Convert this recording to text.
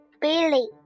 Billy